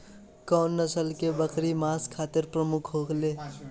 कउन नस्ल के बकरी मांस खातिर प्रमुख होले?